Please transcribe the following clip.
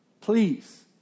Please